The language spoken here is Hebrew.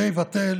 זה יבטל